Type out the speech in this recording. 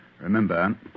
Remember